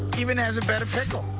heh-even has a better pickle.